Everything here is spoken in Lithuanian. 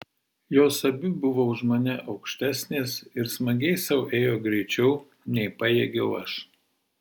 jos abi buvo už mane aukštesnės ir smagiai sau ėjo greičiau nei pajėgiau aš